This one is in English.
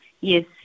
Yes